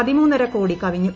പതിമൂന്നര കോടി കവിഞ്ഞു